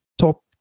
top